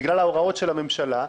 בגלל ההוראות של הממשלה,